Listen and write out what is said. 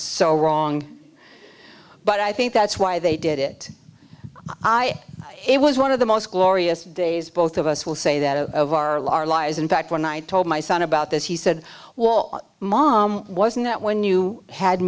so wrong but i think that's why they did it i it was one of the most glorious days both of us will say that a our lara lives in fact when i told my son about this he said well mom wasn't that when you had